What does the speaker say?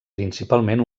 principalment